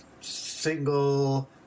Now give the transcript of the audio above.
single